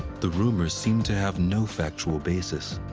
the rumors seem to have no factual basis.